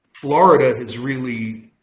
florida had really